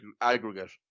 aggregate